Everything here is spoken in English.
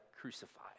crucified